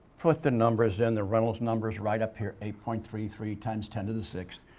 put the numbers in the reynolds numbers right up here, eight point three three times ten to the sixth.